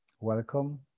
welcome